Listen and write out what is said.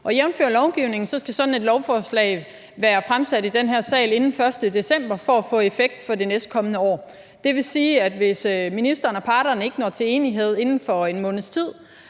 det. Jævnfør lovgivningen skal sådan et lovforslag være fremsat i den her sal inden den 1. december for at få effekt for det næstkommende år. Det vil sige, at hvis ministeren og parterne ikke når til enighed inden for en måneds tid,